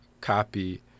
copy